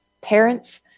parents